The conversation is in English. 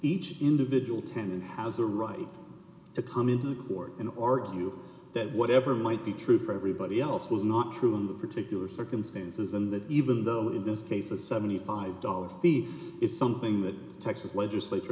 each individual tenant houser right to come into court and argue that whatever might be true for everybody else was not true in the particular circumstances and that even though in this case a seventy five dollars fee is something that texas legislature